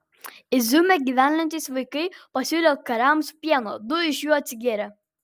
iziume gyvenantys vaikai pasiūlė kariams pieno du iš jų atsigėrė